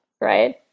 Right